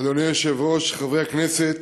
אדוני היושב-ראש, חברי הכנסת.